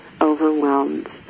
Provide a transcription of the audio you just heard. overwhelmed